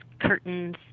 curtains